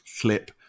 clip